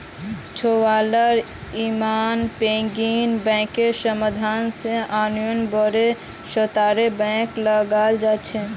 छुवालार समझ पिग्गी बैंकेर माध्यम से अन्य बोड़ो स्तरेर बैंकत लगाल जा छेक